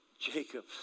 Jacob